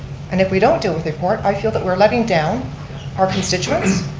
and if we don't deal with the report i feel that we're letting down our constituents,